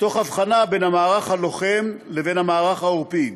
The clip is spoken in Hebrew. תוך הבחנה בין המערך הלוחם לבין המערך העורפי.